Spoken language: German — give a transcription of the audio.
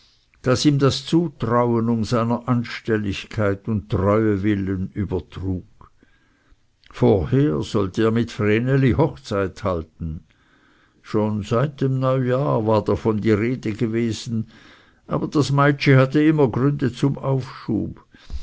das ihm das zutrauen um seiner anstelligkeit und treue willen übertrug vorher sollte er mit vreneli hochzeit halten schon seit dem neujahr war davon die rede gewesen aber das meitschi hatte immer gründe zum aufschub